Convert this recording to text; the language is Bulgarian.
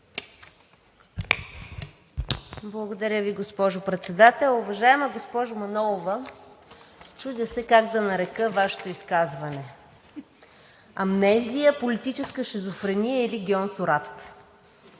Благодаря Ви, госпожо Председател. Уважаема госпожо Манолова, чудя се как да нарека Вашето изказване – амнезия, политическа шизофрения или гьонсурат?